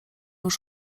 już